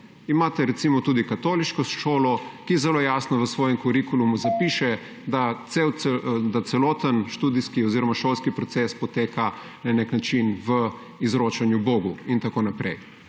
Imate recimo tudi katoliško šolo, ki zelo jasno v svojem kurikulumu zapiše, da celoten študijski oziroma šolski proces poteka na nek način v izročanju bogu in tako naprej.